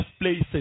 places